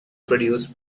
produce